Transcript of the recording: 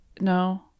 no